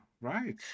Right